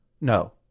No